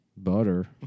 Butter